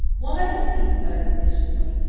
woman, he spluttered viciously,